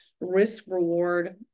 risk-reward